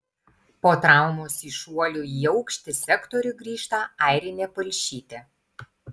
po traumos į šuolių į aukštį sektorių grįžta airinė palšytė